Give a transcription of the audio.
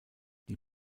die